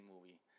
movie